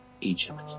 Egypt